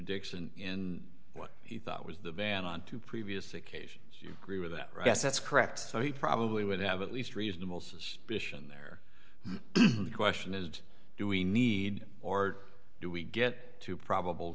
dixon in what he thought was the ban on two previous occasions you agree with that yes that's correct so he probably would have at least reasonable suspicion there the question is do we need or do we get to probable